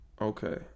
Okay